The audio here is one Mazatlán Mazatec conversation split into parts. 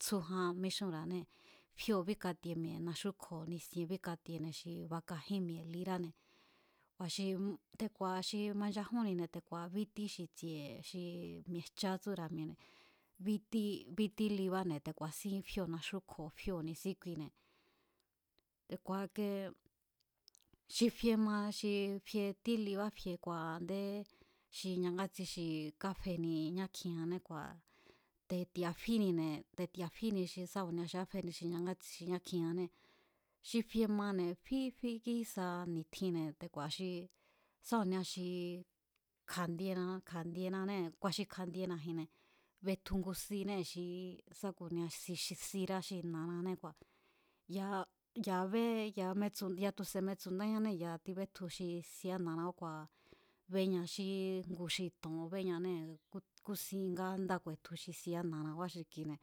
Tsjújan míxúnra̱anée̱ fíóo̱ bíkatie mi̱e̱ naxúkjo̱ nisien, bíkatiene̱ xi michajín mi̱e̱ liráne̱ te̱ku̱a̱ xi, te̱ku̱a̱ xi manchajúnnine̱ te̱ku̱a̱ bítí xi tsi̱e̱ xi mi̱e̱jchátsúra̱ne̱, bíti̱ libáne̱ te̱ ku̱a̱sín fíóo̱ naxúkjo̱ fíóo̱ ni̱síkuine̱ te̱ku̱a̱ ike xi fiema xi fie tí libá fie te̱ku̱a̱ a̱ndé xi ñangátsi xi káfeni ñá kjingané kua̱ te̱ti̱a̱ fínine̱, te̱ti̱a̱ fíni xi sá ku̱nia xi káfeni ñá kjinjané xi ñangátsi ñá kjinjannée̱, xi fie mane̱ fí fí kísa ni̱tjinne̱ te̱ku̱a̱ xi sá ku̱nia xi kja̱'ndiena, kja̱'ndienanée̱, kua̱ xi kja̱'ndiena̱ji̱nne̱ betju ngu sinée̱ xi sá ku̱nia xi sirá xi na̱anané kua̱ ya̱a ya̱a bé ya̱a metsu̱ ya̱a tu̱se̱ metsu̱ndáñanée̱ ya̱a tibetju xi sirá na̱rabá kua̱ béña xi ngu to̱n béñanée̱ kúsin ngá ndá ku̱e̱tju xi sirá xi na̱arabá xi kine̱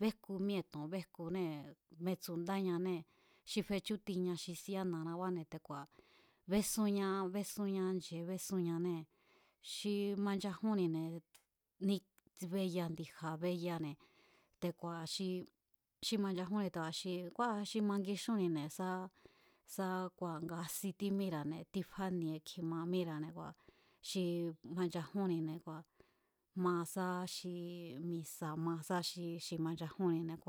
béjku míée̱ to̱n béjkunée̱, metsu̱ndáñanée̱ xi fechú tiña xi siá na̱rabáne̱ te̱ku̱a̱, bésúnñá, bésúnñá nche̱é bésúnñanée̱, xi manchajúnnine̱ be'ya ndi̱ja̱ be'yane̱ te̱ku̱a̱ xi ximanchajúnni xi kua̱ xi mangixúnnine̱ sá sá kua̱ nga si tímíra̱ne̱ tifánie kjima míra̱ne̱ xi manchajúnnine̱ kua̱ ma sá xí misa̱, ma sá xi manchajúnnine̱ kua̱.